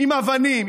עם אבנים,